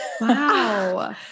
Wow